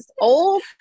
old